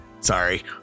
sorry